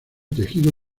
tejido